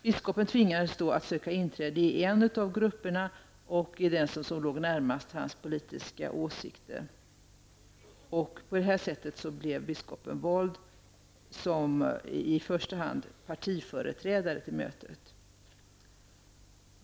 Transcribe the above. Biskopen tvingades därför att söka inträde i den grupp som låg närmast hans politiska åsikter. Han blev på detta sätt vald i första hand som partiföreträdare till mötet.